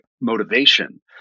motivation